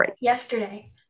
yesterday